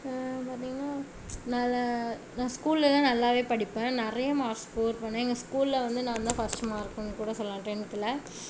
பார்த்திங்னா நான் ஸ்கூல்லெலாம் நல்லாவே படிப்பேன் நிறைய மார்க்ஸ் ஸ்கோர் பண்ணிணேன் எங்கள் ஸ்கூலில் வந்து நான் தான் ஃபர்ஸ்ட் மார்க்குன்னு கூட சொல்லலாம் டென்த்தில்